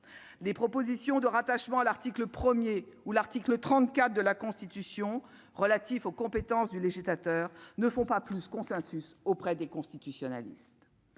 des propositions de rattachement à l'article 1er ou l'article 34 de la Constitution relatif aux compétence du législateur ne font pas plus consensus auprès des constitutionnalistes,